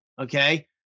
Okay